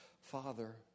Father